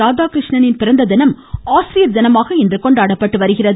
ராதாகிருஷ்ணனின் பிறந்ததினம் ஆசிரியர் தினமாக இன்று கொண்டாடப்படுகிறது